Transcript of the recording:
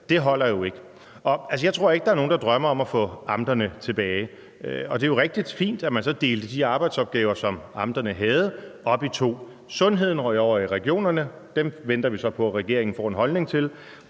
holder jo ikke. Jeg tror ikke, der er nogen, der drømmer om at få amterne tilbage, og det er jo rigtig fint, at man så delte de arbejdsopgaver, som amterne havde, op i to. Sundheden røg over i regionerne, dem venter vi så på at regeringen får en holdning til,